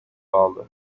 aldı